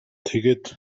тэгээд